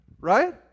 right